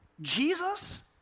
Jesus